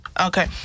Okay